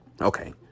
Okay